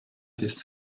siis